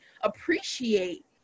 appreciate